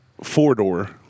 four-door